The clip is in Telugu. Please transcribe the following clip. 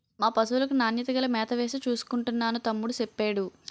మా పశువులకు నాణ్యత గల మేతవేసి చూసుకుంటున్నాను తమ్ముడూ సెప్పేడు